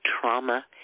trauma